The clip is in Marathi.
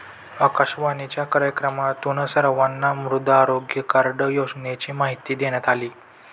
आकाशवाणीच्या कार्यक्रमातून सर्वांना मृदा आरोग्य कार्ड योजनेची माहिती देण्यात आली